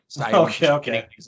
okay